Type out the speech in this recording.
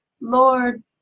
Lord